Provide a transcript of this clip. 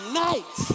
night